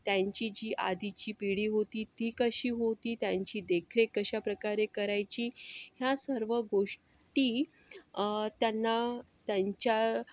त्यांची जी आधीची पिढी होती ती कशी होती त्यांची देखरेख कशा प्रकारे करायची ह्या सर्व गोष्टी त्यांना त्यांच्या